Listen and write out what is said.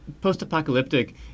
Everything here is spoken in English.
post-apocalyptic